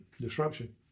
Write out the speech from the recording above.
disruption